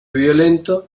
violento